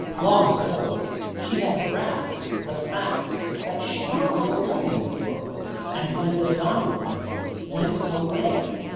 long ago, she had grasped the fact that she was alone in the world, and when the donaldsons went away,